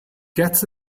gets